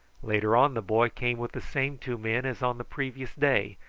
later on the boy came with the same two men as on the previous day,